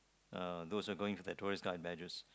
uh those that are going to the tourist guard and I just